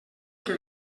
què